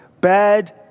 Bad